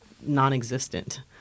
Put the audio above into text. non-existent